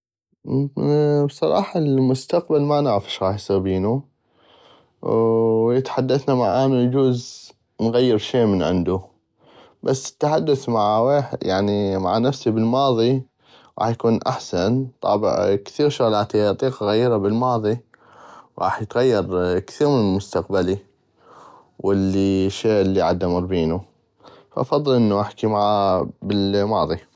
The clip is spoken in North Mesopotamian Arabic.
بصراحة المستقبل ما نعغف غاح اصيغ بينو واذا تحدثنا معانو اجوز نغير شي من عندو بس التحدث مع ويحد يعني مع نفسي بل الماضي غاح اكون احسن طابع كثيغ شغلات اذا اطيق اغيرة بل الماضي غاح يغير كثير من مستقبلي والشي الي عدمر بينو فافظل احكي مع بل الماضي.